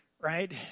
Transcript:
right